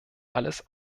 alles